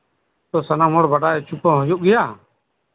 ᱥᱟᱱᱟᱢ ᱦᱚᱲ ᱵᱟᱰᱟᱭ ᱦᱚᱪᱚ ᱠᱚ ᱦᱩᱭᱩᱜ ᱜᱮᱭᱟ